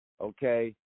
okay